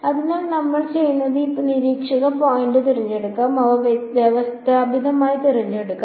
അതിനാൽ നമ്മൾ ചെയ്യുന്നത് നമ്മുടെ നിരീക്ഷണ പോയിന്റ് തിരഞ്ഞെടുക്കാം അവയെ വ്യവസ്ഥാപിതമായി തിരഞ്ഞെടുക്കാം